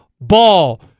ball